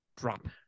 Drop